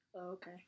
Okay